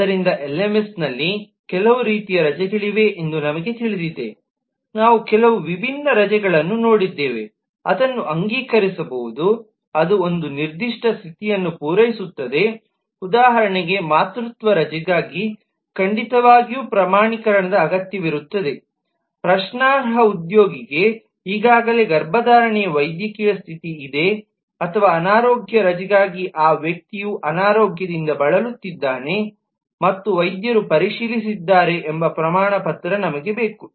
ಆದ್ದರಿಂದ ಎಲ್ಎಂಎಸ್ನಲ್ಲಿ ಕೆಲವು ರೀತಿಯ ರಜೆಗಳಿವೆ ಎಂದು ನಮಗೆ ತಿಳಿದಿದೆ ನಾವು ಕೆಲವು ವಿಭಿನ್ನ ರೀತಿಯ ರಜೆಗಳನ್ನು ನೋಡಿದ್ದೇವೆ ಅದನ್ನು ಅಂಗೀಕರಿಸಬಹುದು ಅದು ಒಂದು ನಿರ್ದಿಷ್ಟ ಸ್ಥಿತಿಯನ್ನು ಪೂರೈಸುತ್ತದೆ ಉದಾಹರಣೆಗೆ ಮಾತೃತ್ವ ರಜೆಗಾಗಿ ಖಂಡಿತವಾಗಿಯೂ ಪ್ರಮಾಣೀಕರಣದ ಅಗತ್ಯವಿರುತ್ತದೆ ಪ್ರಶ್ನಾರ್ಹ ಉದ್ಯೋಗಿಗೆ ಈಗಾಗಲೇ ಗರ್ಭಧಾರಣೆಯ ವೈದ್ಯಕೀಯ ಸ್ಥಿತಿ ಇದೆ ಅಥವಾ ಅನಾರೋಗ್ಯ ರಜೆಗಾಗಿ ಆ ವ್ಯಕ್ತಿಯು ಅನಾರೋಗ್ಯದಿಂದ ಬಳಲುತ್ತಿದ್ದಾನೆ ಮತ್ತು ವೈದ್ಯರು ಪರಿಶೀಲಿಸಿದ್ದಾರೆ ಎಂಬ ಪ್ರಮಾಣಪತ್ರ ನಮಗೆ ಬೇಕು